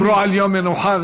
כשדיברו על יום מנוחה,